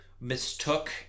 mistook